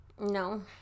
no